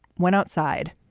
went outside,